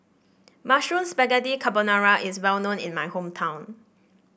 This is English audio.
Mushroom Spaghetti Carbonara is well known in my hometown